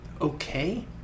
okay